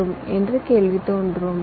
" என்ற கேள்வி தோன்றும்